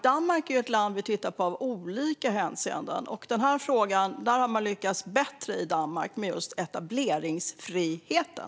Danmark är ju ett land vi tittar på i olika hänseenden. I Danmark har man lyckats bättre just när det gäller etableringsfriheten.